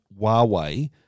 Huawei